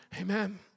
Amen